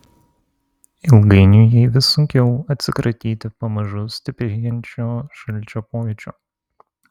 ilgainiui jai vis sunkiau atsikratyti pamažu stiprėjančio šalčio pojūčio